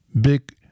Big